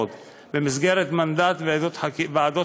בהתייחס לטענה שיש להקים ועדת